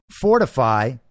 fortify